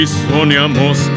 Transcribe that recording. soñamos